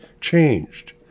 changed